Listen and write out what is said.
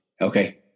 Okay